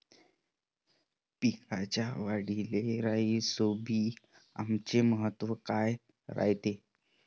पिकाच्या वाढीले राईझोबीआमचे महत्व काय रायते?